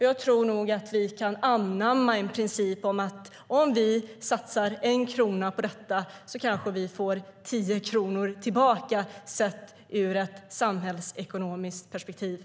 Jag tror nog att vi kan anamma principen att om vi satsar 1 krona på detta kanske vi får 10 kronor tillbaka, sett ur ett samhällsekonomiskt perspektiv.